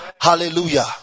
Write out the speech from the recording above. Hallelujah